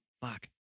Fuck